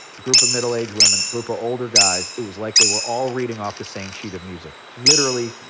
group of middle age women, group of older guys, it was like they were all reading off the same sheet of music. literally,